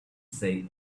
say